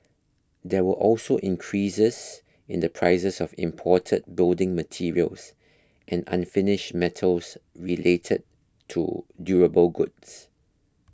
there were also increases in the prices of imported building materials and unfinished metals related to durable goods